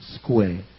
square